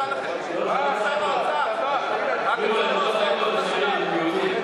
לשכבות החלשות ולא לכלל האוכלוסייה.